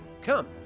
Come